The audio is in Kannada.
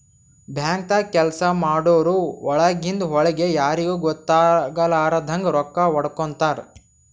ಬ್ಯಾಂಕ್ದಾಗ್ ಕೆಲ್ಸ ಮಾಡೋರು ಒಳಗಿಂದ್ ಒಳ್ಗೆ ಯಾರಿಗೂ ಗೊತ್ತಾಗಲಾರದಂಗ್ ರೊಕ್ಕಾ ಹೊಡ್ಕೋತಾರ್